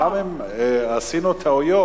זאת אומרת, גם אם עשינו טעויות,